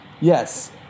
Yes